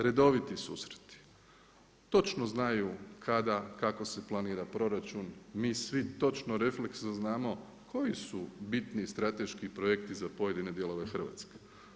Redoviti susreti, točno znaju kada, kako se planira proračun, mi svi točno refleksno znamo koji su bitni strateški projekti za pojedine dijelove Hrvatske.